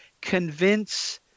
convince